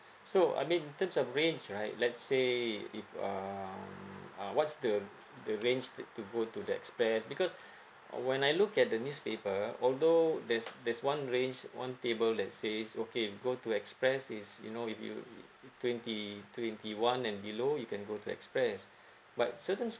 so I mean in term of range right let say if um uh what's the the range take to go to the express because uh when I look at the newspaper although there's there's one range one table that says okay go to express is you know if you twenty twenty one and below you can go to express but certains